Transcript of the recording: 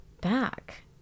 back